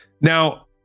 Now